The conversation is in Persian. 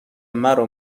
مرا